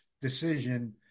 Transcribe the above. decision